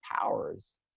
powers